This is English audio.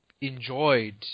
enjoyed